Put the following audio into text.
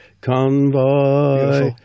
Convoy